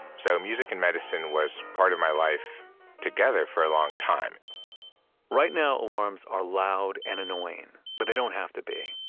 so music and medicine was part of my life together for a long time right now, alarms alarms are loud and annoying, but they don't have to be,